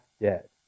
dead